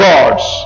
God's